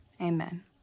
amen